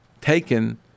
taken